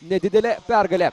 nedidelė pergalė